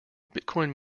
bitcoin